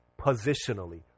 positionally